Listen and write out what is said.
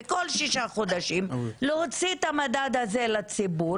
וכל שישה חודשים להוציא את המדד הזה לציבור